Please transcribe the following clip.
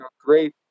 great